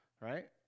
right